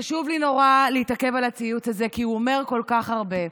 חשוב לי נורא להתעכב על הציוץ הזה כי הוא אומר כל כך הרבה.